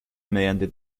mediante